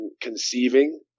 conceiving